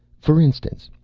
for instance,